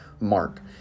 Mark